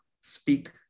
speak